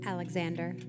Alexander